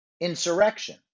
insurrection